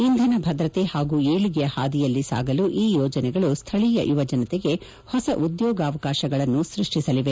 ಇಂಧನ ಭದ್ರತೆ ಹಾಗೂ ಏಳಿಗೆಯ ಹಾದಿಯಲ್ಲಿ ಸಾಗಲು ಈ ಯೋಜನೆಗಳು ಸ್ನಳೀಯ ಯುವಜನತೆಗೆ ಹೊಸ ಉದ್ಯೋಗಾವಕಾಶಗಳನ್ನು ಸೃಷ್ಟಿಸಲಿದೆ